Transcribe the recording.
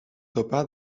topa